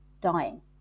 dying